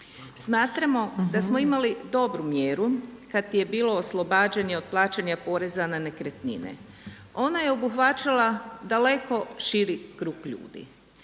Smatramo da smo imali dobru mjeru kad je bilo oslobađanje od plaćanja poreza na nekretnine. Ona je obuhvaćala daleko širi krug ljudi.